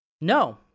No